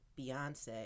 Beyonce